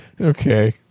Okay